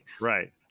Right